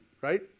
right